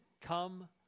come